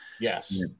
Yes